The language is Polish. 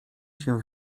się